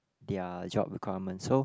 their job requirements so